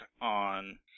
on